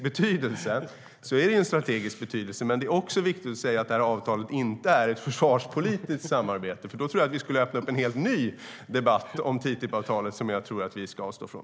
Avtalet är av strategisk betydelse, men det är också viktigt att säga att avtalet inte är ett försvarspolitiskt samarbete. Då skulle vi öppna upp för en helt ny debatt om TTIP-avtalet, som jag tror att vi ska avstå från.